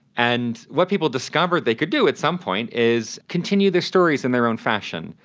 and what people discovered they could do at some point is continue their stories in their own fashion.